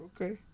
Okay